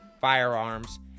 firearms